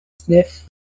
sniff